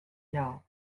know